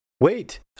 Wait